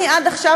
אני עד עכשיו,